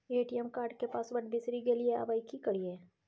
ATM card के password बिसरि गेलियै आबय की करियै?